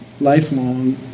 lifelong